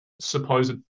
supposed